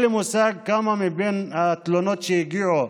אין לי מושג כמה מבין התלונות שהגיעו